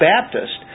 Baptist